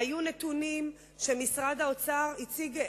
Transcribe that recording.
היו נתונים שמשרד האוצר הציג,